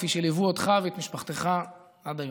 כפי שליוו אותך ואת משפחתך עד היום.